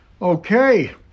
Okay